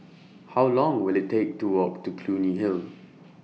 How Long Will IT Take to Walk to Clunny Hill